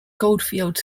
goldfield